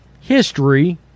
history